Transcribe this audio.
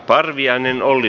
parviainen oli